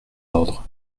ordres